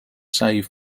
save